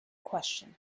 question